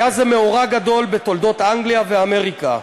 היה זה מאורע גדול בתולדות אנגליה ואמריקה.